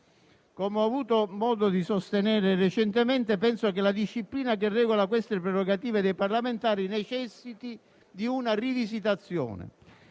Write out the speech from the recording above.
Come ho avuto modo di sostenere recentemente, penso che la disciplina che regola queste prerogative dei parlamentari necessiti di una rivisitazione.